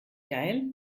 geil